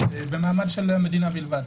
של המדינה בלבד.